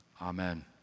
Amen